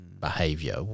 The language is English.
behavior